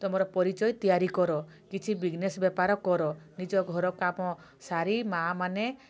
ତୁମର ପରିଚୟ ତିଆରି କର କିଛି ବିଜନେସ୍ ବେପାର କର ନିଜ ଘର କାମ ସାରି ମାଁ ମାନେ